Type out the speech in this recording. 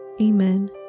Amen